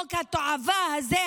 חוק התועבה הזה,